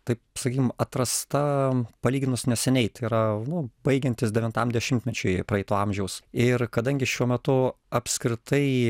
taip sakykim atrasta palyginus neseniai tai yra nu baigiantis devintam dešimtmečiui praeito amžiaus ir kadangi šiuo metu apskritai